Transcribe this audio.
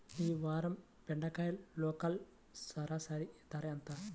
ఈ వారం బెండకాయ లోకల్ సరాసరి ధర ఎంత?